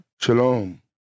Shalom